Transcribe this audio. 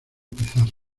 pizarra